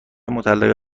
مطلقه